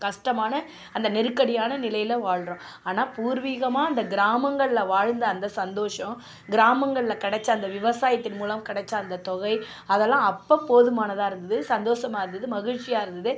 கஷ்டமான அந்த நெருக்கடியான நிலையில் வாழ்கிறோம் ஆனால் பூர்விகமாக அந்த கிராமங்களில் வாழ்ந்த அந்த சந்தோஷம் கிராமங்களில் கெடைச்ச அந்த விவசாயத்தின் மூலம் கெடைச்ச அந்த தொகை அதலாம் அப்போ போதுமானதாக இருந்தது சந்தோஷமாக இருந்தது மகிழ்ச்சியாக இருந்தது